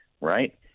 right